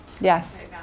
Yes